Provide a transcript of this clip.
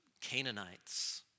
Canaanites